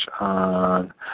on